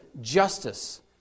justice